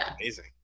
amazing